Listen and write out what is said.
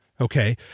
okay